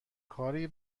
کاری